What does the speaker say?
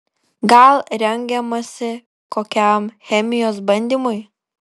gal rengiamasi kokiam chemijos bandymui